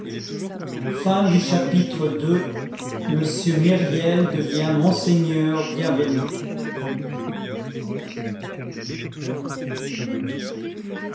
chapitre ii monsieur myriel devient monseigneur bienvenu